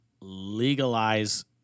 legalize